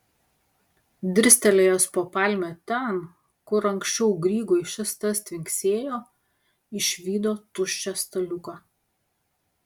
dirstelėjęs po palme ten kur anksčiau grygui šis tas tvinksėjo išvydo tuščią staliuką